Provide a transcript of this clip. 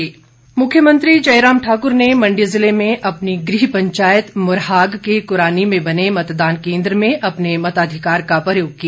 मुख्यमंत्री मुख्यमंत्री जयराम ठाकुर ने मण्डी ज़िले में अपनी गृह पंचायत मुरहाग के कुरानी में बने मतदान केन्द्र में अपने मताधिकार का प्रयोग किया